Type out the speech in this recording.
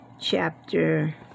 Chapter